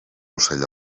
ocell